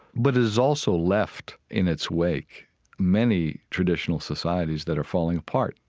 but it has also left in its wake many traditional societies that are falling apart,